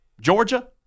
Georgia